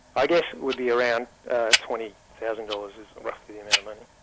i guess it would be around twenty thousand dollars is roughly the amount of money.